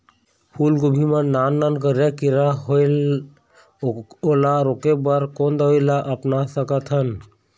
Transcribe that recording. फूलगोभी मा नान नान करिया किरा होयेल ओला रोके बर कोन दवई ला अपना सकथन?